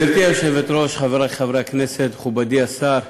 גברתי היושבת-ראש, חברי חברי הכנסת, מכובדי השר,